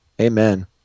Amen